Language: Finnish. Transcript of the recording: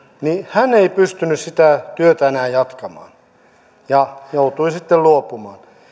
hän ei pystynyt sitä työtä enää jatkamaan ja joutui sitten luopumaan